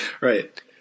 Right